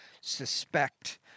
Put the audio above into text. suspect